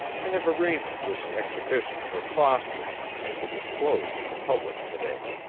i have arranged this exhibition for foster and it is closed to the public to-day.